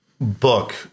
book